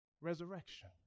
resurrection